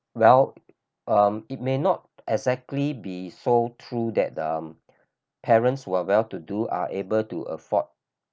well um it may not exactly be so true that um parents who are well to do are able to afford